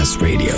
Radio